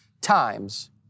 times